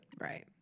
Right